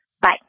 Bye